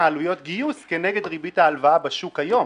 על עלויות גיוס כנגד ריבית ההלוואה בשוק היום.